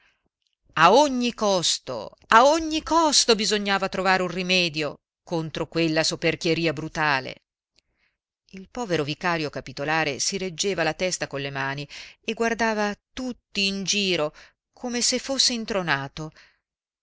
a ogni costo a ogni costo bisognava trovare un rimedio contro quella soperchieria brutale il povero vicario capitolare si reggeva la testa con le mani e guardava tutti in giro come se fosse intronato